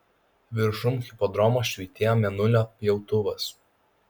viršum hipodromo švytėjo mėnulio pjautuvas